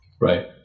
Right